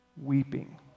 weeping